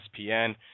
espn